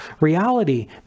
reality